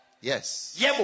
Yes